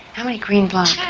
how many green blocks? yeah